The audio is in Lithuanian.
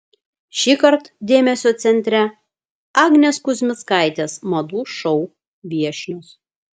šįkart dėmesio centre agnės kuzmickaitės madų šou viešnios